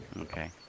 Okay